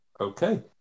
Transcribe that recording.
Okay